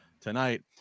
tonight